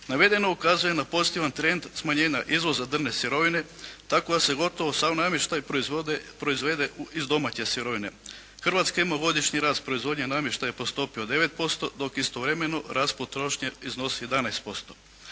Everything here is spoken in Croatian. Navedeno ukazuje na pozitivan trend smanjenja izvoza drvne sirovine tako da se gotovo sav namještaj proizvede iz domaće sirovine. Hrvatska ima godišnji rast proizvodnje namještaja po stopi 9% dok istovremeno rast potrošnje iznosi 11%.